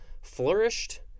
flourished